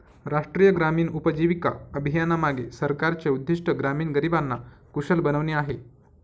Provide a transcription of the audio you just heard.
राष्ट्रीय ग्रामीण उपजीविका अभियानामागे सरकारचे उद्दिष्ट ग्रामीण गरिबांना कुशल बनवणे आहे